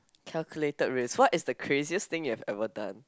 calculated risk what is the craziest thing you have ever done